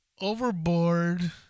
overboard